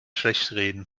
schlechtreden